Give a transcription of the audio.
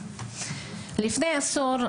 לפני עשור,